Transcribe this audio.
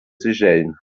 seychellen